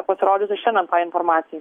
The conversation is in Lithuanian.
pasirodytų šiandien tai informacijai